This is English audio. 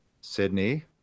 sydney